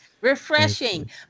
refreshing